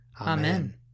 Amen